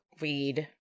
weed